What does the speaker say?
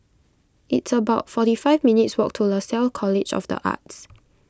it's about forty five minutes' walk to Lasalle College of the Arts